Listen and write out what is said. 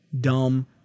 dumb